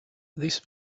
this